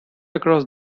across